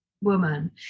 woman